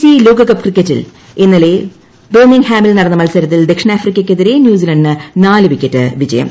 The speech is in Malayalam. സി ലോകകപ്പ് ക്രിക്കറ്റിൽ ഇന്നലെ ബിർമ്മിൻഗാമിൽ നടന്ന മത്സരത്തിൽ ദക്ഷിണാഫ്രിക്കയ്ക്കെതിരെ ന്യൂസിലന്റിന് നാല് വിക്കറ്റ് വിജയം